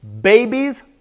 babies